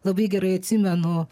labai gerai atsimenu